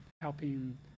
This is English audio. helping